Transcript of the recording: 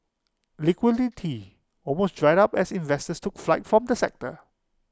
liquidity almost dried up as investors took flight from the sector